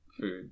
food